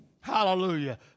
Hallelujah